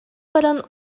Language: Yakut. баран